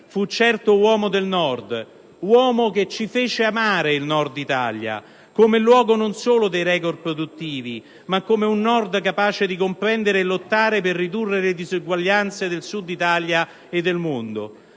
fu certo uomo del Nord, uomo che ci fece amare il Nord d'Italia, come luogo non solo dei record produttivi, ma come Nord capace di comprendere e lottare per ridurre le disuguaglianze del Sud d'Italia e del mondo.